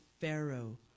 Pharaoh